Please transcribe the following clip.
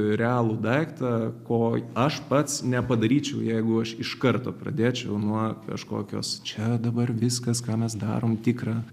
realų daiktą ko aš pats ne padaryčiau jeigu aš iš karto pradėčiau nuo kažkokios čia dabar viskas ką mes darom tikrą